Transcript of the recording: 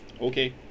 Okay